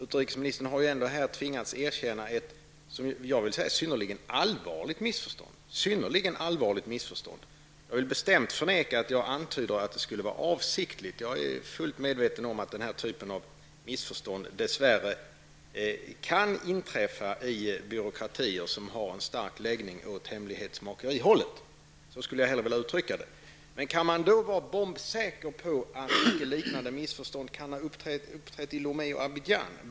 Utrikesministern har ju här tvingats erkänna ett synnerligen allvarligt missförstånd. Jag vill bestämt förneka att jag antyder att det skulle vara avsiktligt. Jag är fullt medveten om att denna typ av missförstånd dess värre kan inträffa i byråkratier som har en stark dragning åt hemlighetsmakerihållet. Så skulle jag hellre vilja uttrycka det. Men kan man vara bombsäker på att inte liknande missförstånd kan ha uppträtt i Lomé och Abidjan?